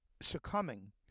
succumbing